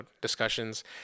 discussions